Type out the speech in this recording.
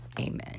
amen